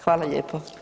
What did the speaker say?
Hvala lijepo.